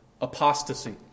apostasy